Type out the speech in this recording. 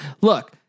Look